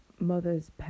mothers